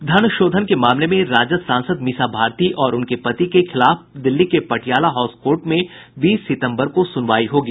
धन शोधन के मामले में राजद सांसद मीसा भारती और उनके पति के खिलाफ दिल्ली के पटियाला हाउस कोर्ट में बीस सितम्बर को सुनवाई होगी